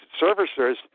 servicers